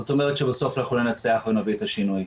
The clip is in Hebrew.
זאת אומרת, שבסוף אנחנו ננצח ונביא את השינוי.